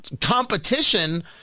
competition